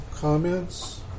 Comments